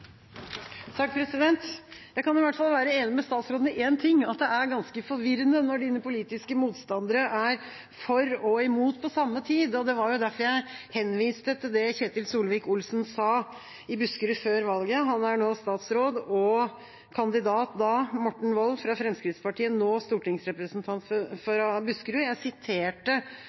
kan i hvert fall være enig med statsråden i én ting, at det er ganske forvirrende når dine politiske motstandere er for og imot på samme tid. Det var jo derfor jeg henviste til det Ketil Solvik-Olsen – nå statsråd, og kandidat da – og Morten Wold fra Fremskrittspartiet, som nå er stortingsrepresentant fra Buskerud, sa i Buskerud før valget. Jeg siterte